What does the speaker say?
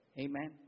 Amen